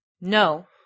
No